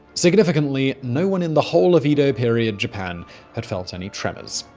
significantly, no-one in the whole of edo period japan had felt any tremors.